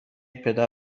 پدر